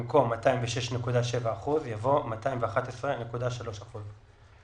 במקום "206.7 אחוזים" יבוא "211.3 אחוזים".